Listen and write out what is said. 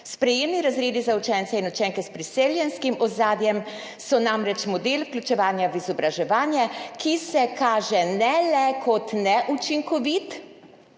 Sprejemni razredi za učence in učenke s priseljenskim ozadjem so namreč model vključevanja v izobraževanje, ki se kaže ne le kot neučinkovit,